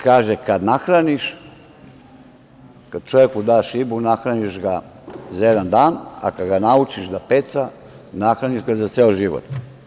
Kaže - kad čoveku daš ribu nahraniš ga za jedan dan, a kad ga naučiš da peca nahraniš ga za ceo život.